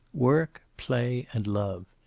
work, play, and love.